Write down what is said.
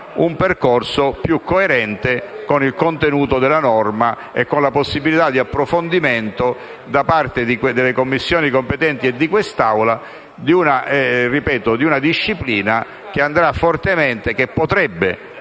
un percorso più coerente con il contenuto della norma e con la possibilità di approfondimento da parte delle Commissioni competenti e di quest'Aula di una disciplina che potrebbe